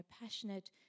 passionate